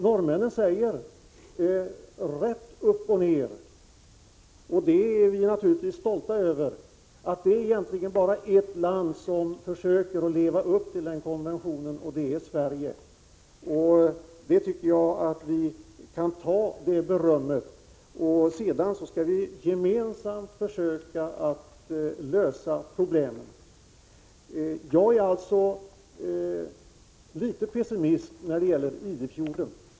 Norrmännen säger rätt upp och ned, vilket vi naturligtvis är stolta över, att det egentligen bara är ett land som försöker leva upp till den konventionen, nämligen Sverige. Det berömmet tycker jag vi skall ta åt oss, och därefter skall vi gemensamt med de övriga länderna försöka lösa problemen. Jag är litet pessimistisk beträffande Idefjorden.